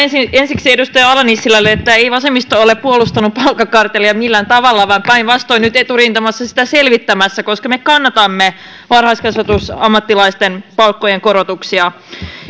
ensiksi edustaja ala nissilälle että ei vasemmisto ole puolustanut palkkakartellia millään tavalla vaan päinvastoin on nyt eturintamassa sitä selvittämässä koska me kannatamme varhaiskasvatusammattilaisten palkkojen korotuksia